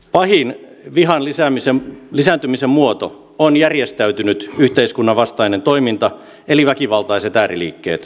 pahin vihan lisääntymisen muoto on järjestäytynyt yhteiskunnan vastainen toiminta eli väkivaltaiset ääriliikkeet